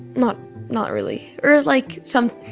not not really. or, like, some.